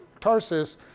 Tarsus